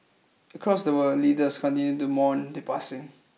across the world leaders continued to mourn the passing